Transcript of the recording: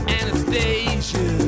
Anastasia